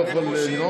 לא יכול לנאום.